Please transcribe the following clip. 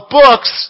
books